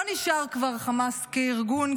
לא נשאר כבר חמאס כארגון,